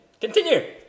Continue